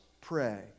pray